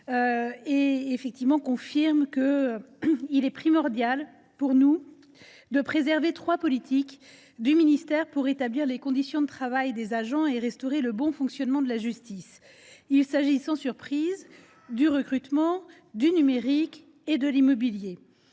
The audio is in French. intervention et confirme qu’à nos yeux il est primordial de préserver trois politiques du ministère pour rétablir les conditions de travail des agents et restaurer le bon fonctionnement de la justice : il s’agit, sans surprise, du recrutement, du numérique et de l’immobilier.